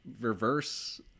reverse